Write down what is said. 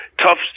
tough